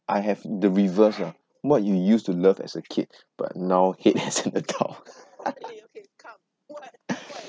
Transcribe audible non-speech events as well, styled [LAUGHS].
I have the reverse ah what you used to love as a kid but now hate as an adult [LAUGHS]